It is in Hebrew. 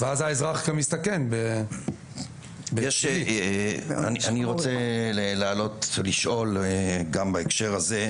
ואז האזרח גם מסתכן --- אני רוצה לשאול גם בהקשר הזה.